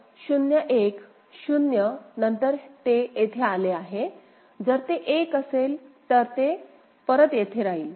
तर 0 1 0 नंतर ते येथे आले आहे जर ते 1 असेल तर ते परत येथे राहील